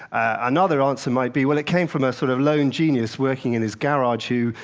another answer might be, well, it came from a sort of lone genius working in his garage, who,